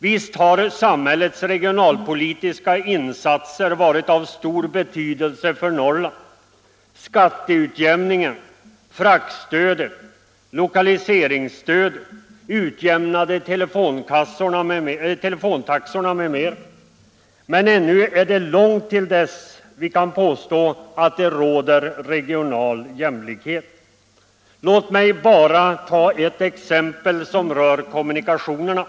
Visst har samhällets regionalpolitiska insatser varit av stor betydelse för Norrland — skatteutjämningen, fraktstödet, lokaliseringsstödet, de utjämnade teletaxorna m.m. —- men ännu är det långt till dess vi kan påstå att det råder regional jämlikhet. Låt mig bara ta ett exempel som rör kommunikationerna.